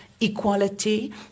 equality